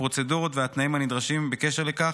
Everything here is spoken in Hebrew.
הפרוצדורות והתנאים הנדרשים בקשר לכך.